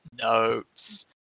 notes